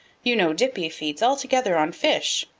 you know dippy feeds altogether on fish.